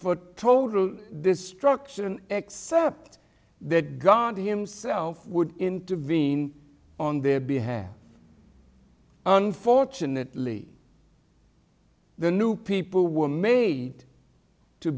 for total destruction accept that god himself would intervene on their behalf unfortunately the new people were made to